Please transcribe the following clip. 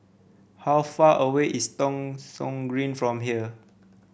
how far away is Thong Soon Green from here